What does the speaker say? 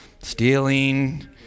stealing